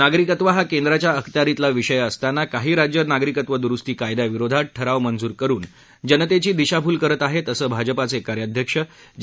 नागरिकत्व हा केंद्राच्या आखत्यारितला विषय असताना काही राज्यं नागरिकत्व दुरुस्ती कायद्याविरुद्ध ठराव मंजूर करुन जनतेची दिशाभूल करत आहेत असं भाजपाचे कार्याध्यक्ष जे